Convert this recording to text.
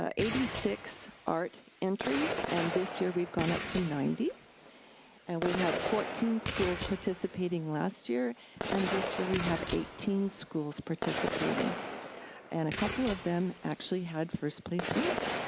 ah eighty six art entries and this year we've gone up to ninety and we had fourteen schools participating last year and this year we have eighteen schools participating and a couple of them actually had first place winners.